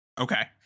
okay